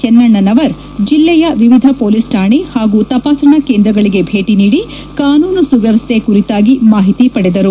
ಚೆನ್ನಣ್ಣನವರ್ ಜೆಲ್ಲೆಯ ವಿವಿಧ ಹೊಲೀಸ್ ಕಾಣೆ ಹಾಗೂ ತಪಾಸಣಾ ಕೇಂದ್ರಗಳಿಗೆ ಭೇಟಿ ನೀಡಿ ಕಾನೂನು ಸುವ್ನವಸ್ಥೆ ಕುರಿತಾಗಿ ಮಾಹಿತಿ ಪಡೆದರು